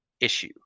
issue